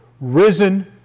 risen